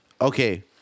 Okay